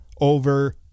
over